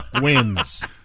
wins